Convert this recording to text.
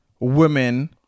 women